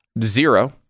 zero